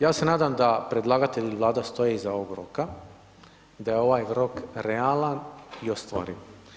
Ja se nadam da predlagatelj i vlada stoji iza ovog roka, da je ovaj rok realan i ostvariv.